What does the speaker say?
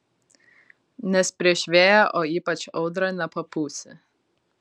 nes prieš vėją o ypač audrą nepapūsi